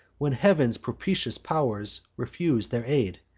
when heav'n's propitious pow'rs refuse their aid!